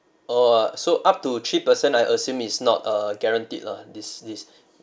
oh so up to three percent I assume is not a guaranteed lah this this